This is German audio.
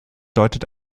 deutet